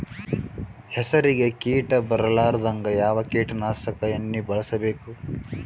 ಹೆಸರಿಗಿ ಕೀಟ ಬರಲಾರದಂಗ ಯಾವ ಕೀಟನಾಶಕ ಎಣ್ಣಿಬಳಸಬೇಕು?